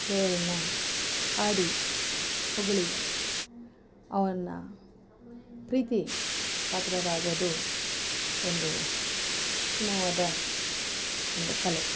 ದೇವರನ್ನ ಹಾಡಿ ಹೊಗಳಿ ಅವನ ಪ್ರೀತಿ ಪಾತ್ರರಾಗೋದು ಒಂದು ಉತ್ತಮವಾದ ಒಂದು ಕಲೆ